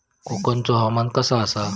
कोकनचो हवामान कसा आसा?